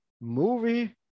movie